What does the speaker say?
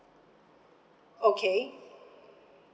okay